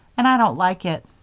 and i don't like it.